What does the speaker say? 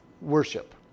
worship